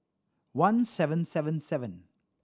one seven seven seven